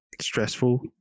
stressful